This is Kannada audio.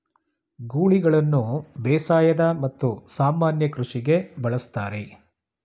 ಗೂಳಿಗಳನ್ನು ಬೇಸಾಯದ ಮತ್ತು ಸಾಮಾನ್ಯ ಕೃಷಿಗೆ ಬಳಸ್ತರೆ